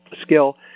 skill